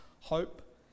hope